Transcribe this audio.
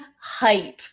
hype